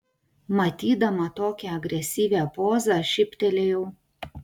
matydama tokią agresyvią pozą šyptelėjau